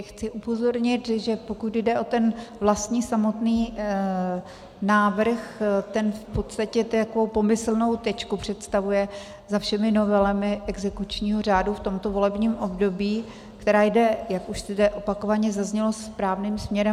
Chci upozornit, že pokud jde o ten vlastní samotný návrh, ten v podstatě takovou pomyslnou tečku představuje za všemi novelami exekučního řádu v tomto volebním období, která jde, jak už zde opakovaně zaznělo, správným směrem.